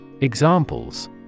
Examples